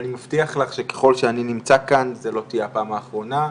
אבל אני מבטיח לך שככל שאני נמצא כאן זו לא תהיה הפעם האחרונה,